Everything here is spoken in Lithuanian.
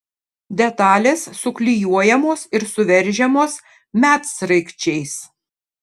detalės suklijuojamos ir suveržiamos medsraigčiais